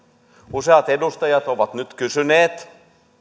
useat edustajat ovat nyt kysyneet